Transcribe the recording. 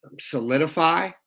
solidify